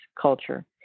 culture